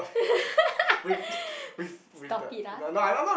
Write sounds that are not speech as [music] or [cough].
[laughs] stop it ah